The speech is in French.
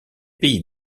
pays